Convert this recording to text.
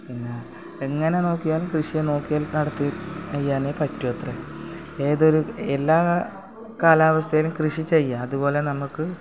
പിന്നെ എങ്ങനെ നോക്കിയാലും കൃഷിയെ നോക്കി നടത്തി ചെയ്യാനേ പറ്റുവത്രെ ഏതൊരു എല്ലാ കാലാവസ്ഥയിലും കൃഷി ചെയ്യാം അതുപോലെ നമുക്ക്